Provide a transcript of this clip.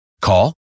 Call